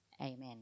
Amen